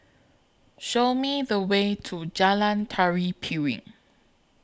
Show Me The Way to Jalan Tari Piring